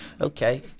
okay